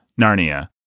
narnia